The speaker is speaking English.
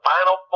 Final